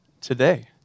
today